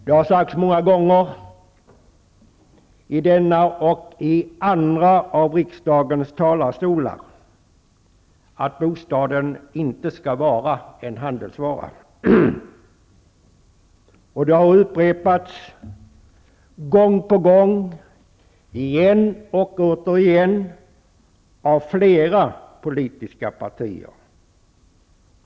Det har sagts många gånger från denna talarstol -- och andra av riksdagens talarstolar -- att bostaden inte skall vara en handelsvara, och det har upprepats gång på gång av flera politiska partier.